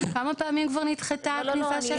כמה פעמים כבר נדחתה הכניסה שלה?